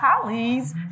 colleagues